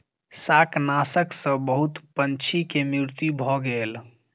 शाकनाशक सॅ बहुत पंछी के मृत्यु भ गेल